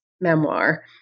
memoir –